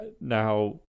now